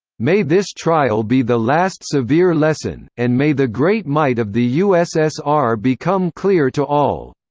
may this trial be the last severe lesson, and may the great might of the u s s r. become clear to all.